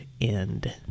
end